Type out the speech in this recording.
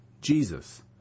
Jesus